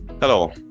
Hello